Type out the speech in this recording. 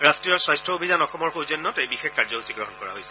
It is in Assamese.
ৰাট্টীয় স্বাস্থ্য অভিযান অসমৰ সৌজন্যত এই বিশেষ কাৰ্যসূচী গ্ৰহণ কৰা হৈছে